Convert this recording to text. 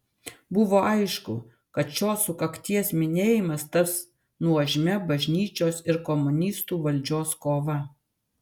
buvo aišku kad šios sukakties minėjimas taps nuožmia bažnyčios ir komunistų valdžios kova